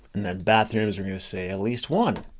and then bathrooms we're gonna say at least one,